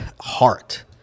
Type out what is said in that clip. heart